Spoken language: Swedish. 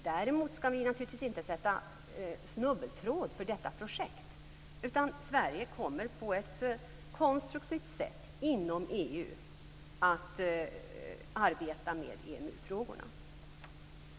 Däremot skall vi naturligtvis inte sätta snubbeltråd för detta projekt, utan Sverige kommer att arbeta med EMU-frågorna på ett konstruktivt sätt inom EU.